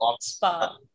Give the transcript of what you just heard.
spa